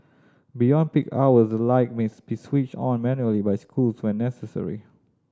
beyond peak hours the light may switched on manually by schools when necessary